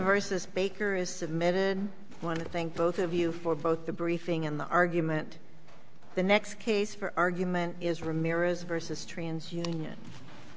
versus baker is submitted want to thank both of you for both the briefing and the argument the next case for argument is ramirez versus trans union